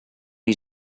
die